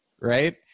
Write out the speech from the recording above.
right